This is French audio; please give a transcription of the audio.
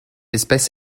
espèce